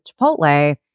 Chipotle